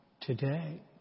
today